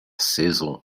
saison